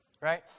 right